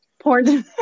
porn